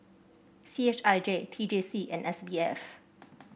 C H I J T J C and S B F